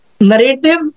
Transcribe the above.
narrative